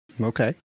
Okay